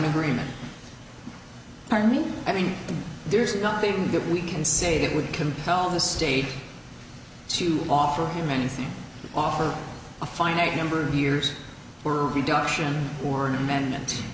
agreement pardon me i mean there's nothing that we can say that would compel the state to offer him anything offered a finite number of years for reduction or an amendment